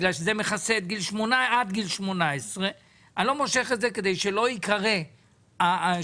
בגלל שזה מכסה עד גיל 18. שם זה